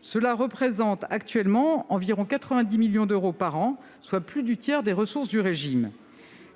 Cela représente actuellement environ 90 millions d'euros par an, soit plus du tiers des ressources du régime.